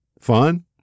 Fun